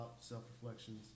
self-reflections